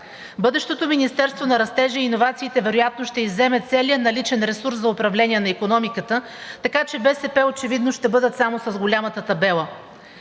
Бъдещото Министерство на растежа и иновациите вероятно ще изземе целия наличен ресурс за управление на икономиката, така че БСП очевидно ще бъдат само с голямата табела.